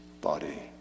body